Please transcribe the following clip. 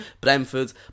Brentford